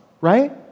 right